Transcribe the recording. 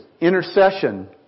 intercession